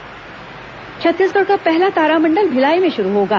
भिलाई तारामंडल छत्तीसगढ़ का पहला तारामंडल भिलाई में शुरू होगा